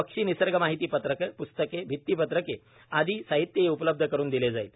पक्षी निसर्गमाहिती पत्रके प्स्तके भित्तीपत्रके आदि साहित्यही उपलब्ध करुन दिले जाईल